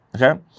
okay